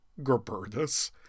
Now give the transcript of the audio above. Gerbertus